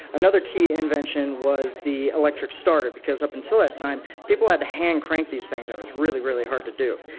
another key invention was the electric starter, because up until that time, people had to hand crank these things and it was really, really hard to do.